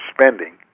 spending